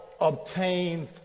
obtain